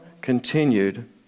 continued